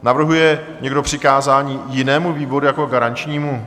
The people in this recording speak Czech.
Navrhuje někdo přikázání jinému výboru jako garančnímu?